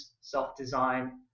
self-design